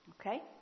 Okay